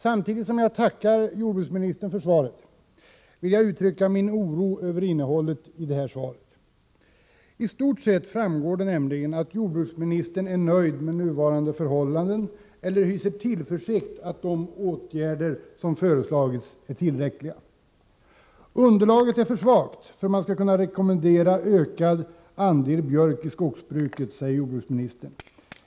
Samtidigt som jag tackar jordbruksministern för svaret, vill jag uttrycka min oro över innehållet i detta svar. I stort sett framgår det nämligen att jordbruksministern är nöjd med nuvarande förhållanden eller hyser tillförsikten att de åtgärder som föreslagits är tillräckliga. Underlaget är för svagt för att man skall kunna rekommendera ökad andel björk i skogsbruket, säger jordbruksministern.